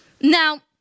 Now